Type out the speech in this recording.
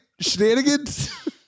Shenanigans